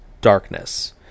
darkness